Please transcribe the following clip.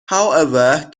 however